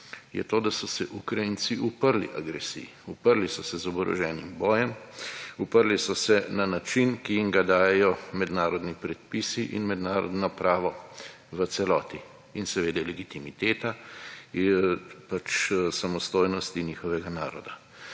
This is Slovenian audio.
je to, da so se Ukrajinci uprli agresiji uprli so se z oboroženim bojem, uprli so se na način, ki jim ga dajejo mednarodni predpisi in mednarodno pravo v celoti in seveda legitimitete je pač samostojnost njihovega naroda.